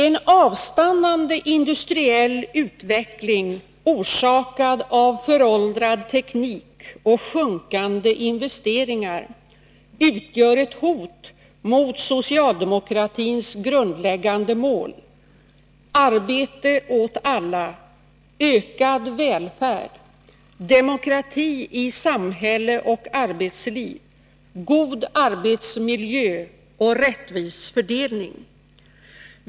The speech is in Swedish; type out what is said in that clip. En avstannande industriell utveckling orsakad av föråldrad teknik och sjunkande investeringar utgör ett hot mot socialdemokratins grundläggande mål: arbete åt alla, ökad välfärd, demokrati i samhälle och arbetsliv, god arbetsmiljö och rättvis fördelning.